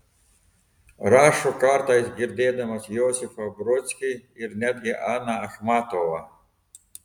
rašo kartais girdėdamas josifą brodskį ir netgi aną achmatovą